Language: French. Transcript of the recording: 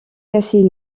cassez